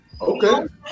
okay